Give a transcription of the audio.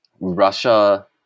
Russia